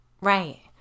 Right